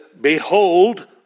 behold